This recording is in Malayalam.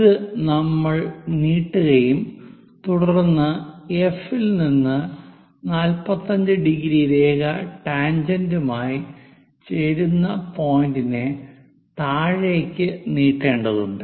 ഇത് നമ്മൾ നീട്ടുകയും തുടർന്ന് എഫി ൽ നിന്ന് 45° രേഖ ടാൻജന്റും ആയി ചേരുന്ന പോയിന്റിനെ താഴേക്ക് നീട്ടേണ്ടതുണ്ട്